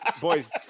boys